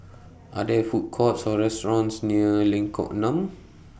Are There Food Courts Or restaurants near Lengkok Enam